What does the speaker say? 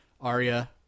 Arya